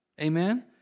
Amen